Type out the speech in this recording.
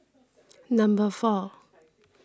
number four